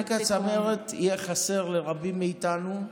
צביקה צמרת יהיה חסר לרבים מאיתנו.